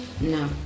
No